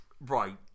right